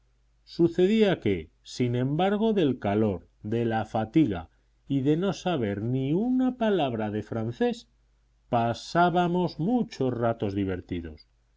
sucedía que sin embargo del calor de la fatiga y de no saber ni una palabra de francés pasábamos muchos ratos divertidos